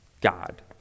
God